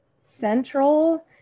Central